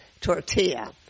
Tortilla